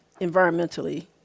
environmentally